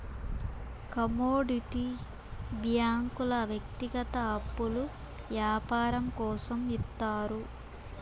commodity బ్యాంకుల వ్యక్తిగత అప్పులు యాపారం కోసం ఇత్తారు